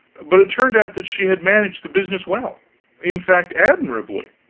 but it turned out that she had managed the business well in fact, admirably.